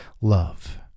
love